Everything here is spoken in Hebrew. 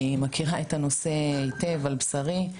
אני מכירה את הנושא היטב על בשרי.